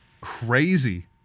Crazy